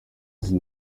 izi